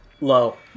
Low